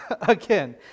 again